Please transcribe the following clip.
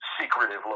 secretive